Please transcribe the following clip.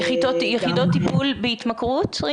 יחידות טיפול בהתמכרות?